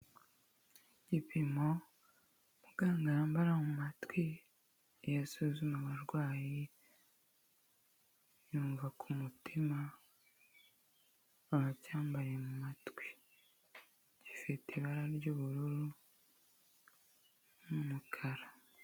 Igipimo muganga yambara mu matwi iyo asuzuma abarwayi yumva ku mutima, iyo acyambaye mu matwi, gifite ibara ry'ubururu n'umukara.